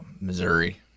Missouri